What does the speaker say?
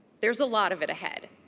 there's a lot of it ahead.